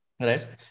right